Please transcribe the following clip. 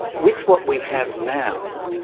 with what we have now,